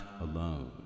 alone